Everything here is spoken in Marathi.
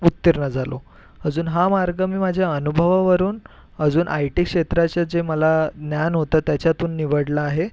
उत्तीर्ण झालो अजून हा मार्ग मी माझ्या अनुभवावरून अजून आयटी क्षेत्राचे जे मला ज्ञान होतं त्याच्यातून निवडला आहे